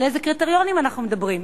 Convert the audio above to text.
על איזה קריטריונים אנחנו מדברים?